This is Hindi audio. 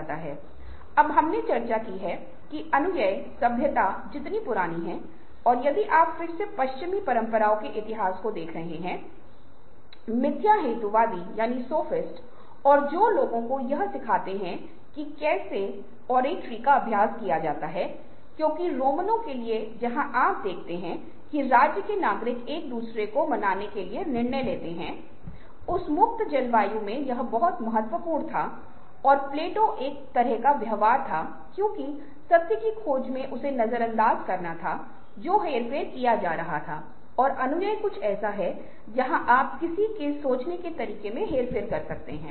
इसलिए जैसा कि हमने उल्लेख किया है की भावनात्मक बुद्धिमत्ता बदेगा क्योंकि हमारे पास अधिक सोच वाला आत्म प्रतिबिंब और अनुभव है क्योंकि जैसे जैसे आपकी उम्र बढ़ती जाएगी भावनात्मक बुद्धिमत्ता बढ़ती चली जाएगी